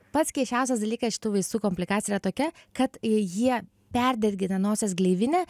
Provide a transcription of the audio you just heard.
pats keisčiausias dalykas šitų vaistų komplikacija yra tokia kad jie perdegina nosies gleivinę